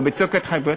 או בצוק ההתחייבויות,